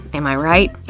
am i right?